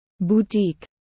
boutique